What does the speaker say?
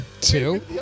Two